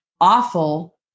awful